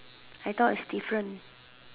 I thought it's different